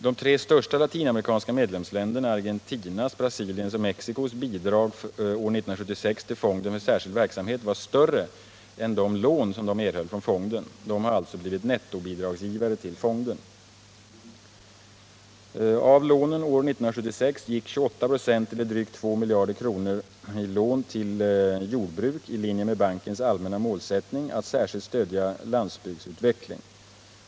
De tre största latinamerikanska medlemsländernas, Argentinas, Brasiliens och Mexicos, bidrag år 1976 till fonden för särskild verksamhet var större än de lån de erhöll från fonden. De har alltså blivit nettobidragsgivare till fonden. Av lånen år 1976 gick 28 96 eller drygt 2 miljarder kronor i lån till jordbruk i linje med bankens allmänna målsättning att särskilt stödja landsbygdsutveckling.